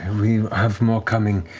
and we have more coming.